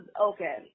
okay